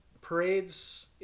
parades